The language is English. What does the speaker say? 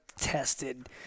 Tested